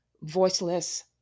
voiceless